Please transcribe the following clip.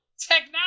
Technology